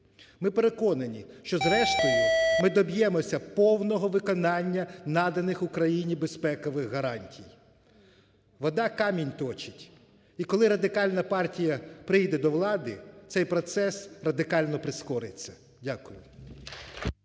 Ми переконані, що зрештою ми доб'ємося повного виконання наданих Україні безпекових гарантій. Вода камінь точить. І коли Радикальна партія прийде до влади, цей процес радикально прискориться. Дякую.